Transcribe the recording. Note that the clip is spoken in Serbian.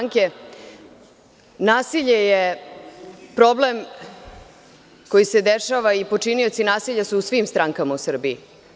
Nasilje je problem koji se dešava, i počinioci nasilja su u svim strankama u Srbiji.